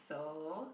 so